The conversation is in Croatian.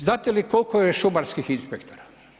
Znate li koliko je šumarskih inspektora?